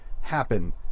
happen